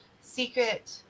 secret